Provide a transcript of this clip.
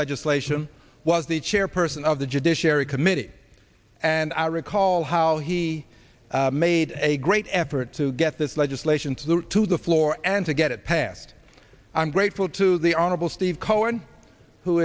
legislation was the chairperson of the judiciary committee and i recall how he made a great effort to get this legislation to the to the floor and to get it passed i'm grateful to the honorable steve cohen who